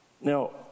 Now